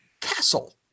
castle